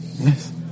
Yes